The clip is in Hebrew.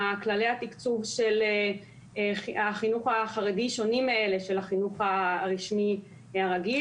כללי התקצוב של החינוך החרדי שונים מאלה של החינוך הרשמי הרגיל.